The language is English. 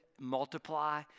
multiply